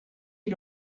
you